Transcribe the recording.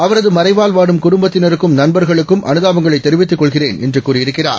அவரதுமறைவால்வாடும்குடும்பத்தினருக்கும் நண்பர்களுக்கும்அனுதாபங்களைதெரிவித்துகொள்கிறேன்எ ன்றுகூறியிருக்கிறார்